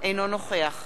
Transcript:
שי חרמש,